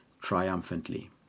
triumphantly